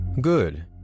Good